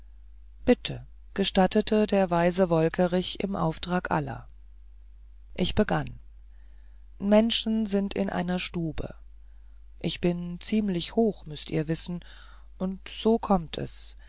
bitte gestattete der weise wolkerich im auftrage aller ich begann menschen sind in einer stube ich bin ziemlich hoch müßt ihr wissen und so kommt es